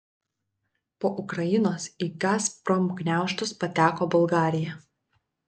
po ukrainos į gazprom gniaužtus pateko bulgarija